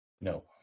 No